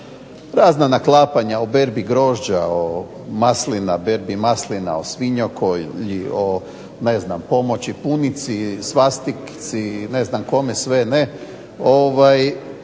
Razna naklapanja o berbi grožđa, maslina, o svinjokolji, o punomoći punici, svastici i ne znam kome sve ne